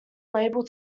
label